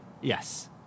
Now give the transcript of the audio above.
yes